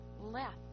left